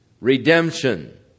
Redemption